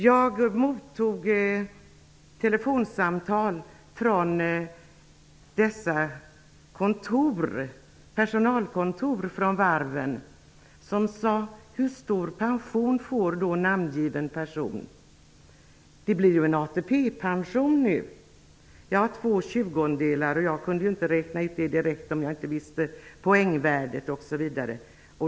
Jag mottog telefonsamtal från personalkontoren på varven. Man frågade hur stor pension en namngiven person skulle få. -- Det blir ju ATP-pension nu. Ja, två tjugondelar. Jag kunde ju inte räkna ut det direkt om jag inte visste poängvärdet osv.